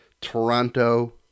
Toronto